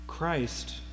Christ